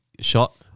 shot